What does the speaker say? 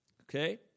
Okay